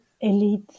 elite